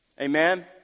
Amen